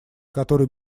которой